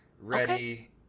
ready